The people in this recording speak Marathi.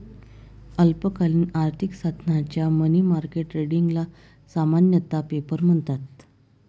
अल्पकालीन आर्थिक साधनांच्या मनी मार्केट ट्रेडिंगला सामान्यतः पेपर म्हणतात